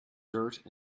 dirt